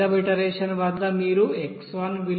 ఐదవ ఇటరేషన్ వద్ద మీరు x1 విలువ 0